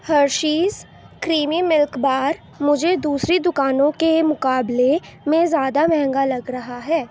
Hershey's creamy milk bar مجھے دوسری دکانوں کے مقابلے میں زیادہ مہنگا لگ رہا ہے